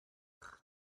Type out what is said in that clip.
ach